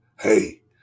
Hey